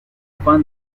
fan